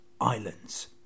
islands